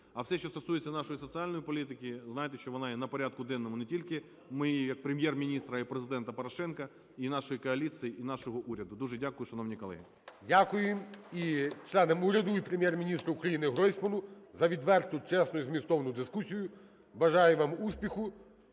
А все, що стосується нашої соціальної політики, ви знаєте, що вона є на порядку денному не тільки моєму як Прем'єр-міністра, а і Президента Порошенка, і нашої коаліції, і нашого уряду. Дуже дякую, шановні колеги. 11:24:48 ГОЛОВУЮЧИЙ. Дякую і членам уряду, і Прем'єр-міністру України Гройсману за відверту, чесну і змістовну дискусію. Бажаю вам успіху